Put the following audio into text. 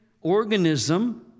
organism